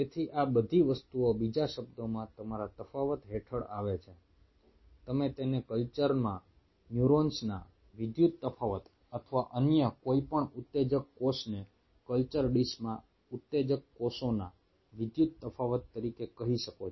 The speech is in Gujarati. તેથી આ બધી વસ્તુઓ બીજા શબ્દોમાં તમારા તફાવત હેઠળ આવે છે તમે તેને કલ્ચરમાં ન્યુરોન્સના વિદ્યુત તફાવત અથવા અન્ય કોઈપણ ઉત્તેજક કોષને કલ્ચર ડીશમાં ઉત્તેજક કોષોના વિદ્યુત તફાવત તરીકે કહી શકો છો